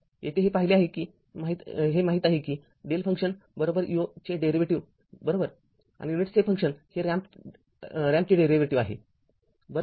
येथे हे पाहिले आहे की हे माहित आहे की δ फंक्शन u चे डेरीवेटीव्ह बरोबर आणि युनिट स्टेप फंक्शन हे रॅम्पचे डेरीवेटीव्ह आहे बरोबर